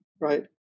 right